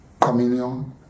communion